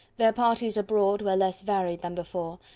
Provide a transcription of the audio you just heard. their parties abroad were less varied than before,